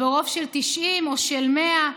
או ברוב של 90 או של 100,